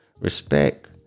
respect